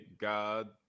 god